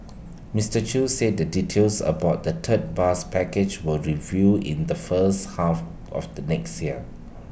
Mister chew said the details about the third bus package will be revealed in the first half of the next year